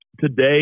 today